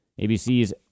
ABC's